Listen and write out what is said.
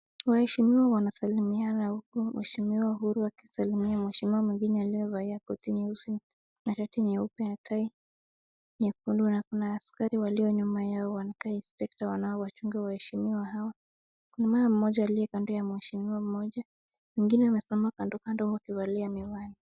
Waheshimiwa wanasalimiana huku mheshimiwa Uhuru akisalimia mheshimiwa mwengine aliyevalia koti nyeusi, na shati nyeupe na tai nyekundu na kuna askari nyuma yao wanaokaa inspekta wanaowachunga waheshimiwa hawa kuna mmoja aliye kando ya mheshimiwa mmoja wengine wamesimama kando kando wakivalia miwani.